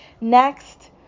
Next